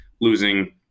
losing